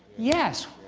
yes!